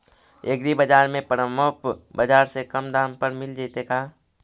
एग्रीबाजार में परमप बाजार से कम दाम पर मिल जैतै का?